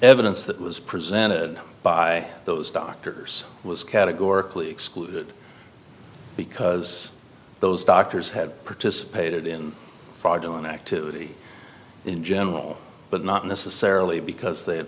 evidence that was presented by those doctors was categorically excluded because those doctors had participated in fraudulent activity in general but not necessarily because the